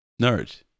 Nerd